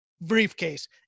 briefcase